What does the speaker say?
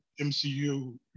MCU